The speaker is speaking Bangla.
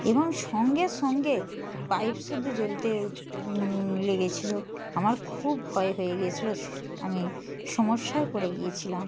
এবং সঙ্গে সঙ্গে পাইপ সুদ্ধু জ্বলতে উঠ লেগেছিলো আমার খুব ভয় হয়ে গেছিলো আমি সমস্যায় পড়ে গিয়েছিলাম